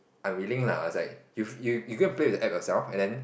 unwilling lah I was like you you you go and play the app yourself and then